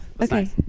Okay